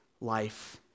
life